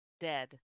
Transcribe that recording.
dead